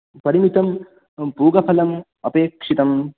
परिमितं पूगफलम् अपेक्षितं